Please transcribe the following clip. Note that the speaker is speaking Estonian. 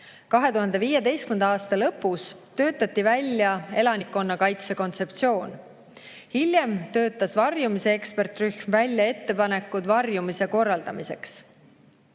2015. aasta lõpus töötati välja elanikkonnakaitse kontseptsioon. Hiljem töötas varjumise ekspertrühm välja ettepanekud varjumise korraldamiseks.